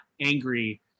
angry